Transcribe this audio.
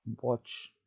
Watch